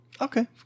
Okay